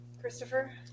Christopher